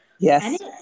yes